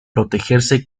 protegerse